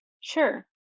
Sure